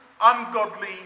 ungodly